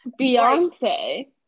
Beyonce